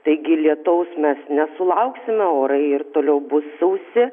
taigi lietaus mes nesulauksime orai ir toliau bus sausi